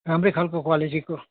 राम्रै खालको क्वालिटीको